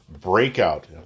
Breakout